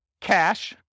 cash